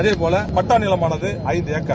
அதுபோல பட்டா நிலமானது ஐந்து ஏக்கர்